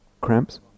Cramps